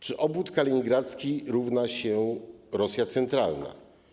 Czy obwód kaliningradzki równa się Rosji centralnej?